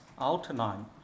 outline